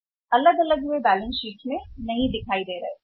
व्यक्तिगत रूप से वे बैलेंस शीट में दिखाई नहीं दे रहे थे